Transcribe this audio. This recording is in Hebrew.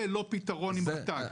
זה לא פתרון עם רט"ג.